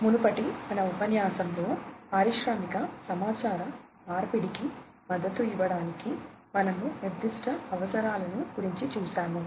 మునుపటి ఉపన్యాసంలో పారిశ్రామిక సమాచార మార్పిడికి మద్దతు ఇవ్వడానికి మనము నిర్దిష్ట అవసరాలను గురించి చూశాము